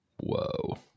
Whoa